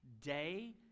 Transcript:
day